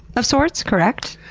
of sorts? correct?